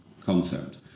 concept